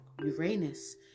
Uranus